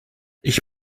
ich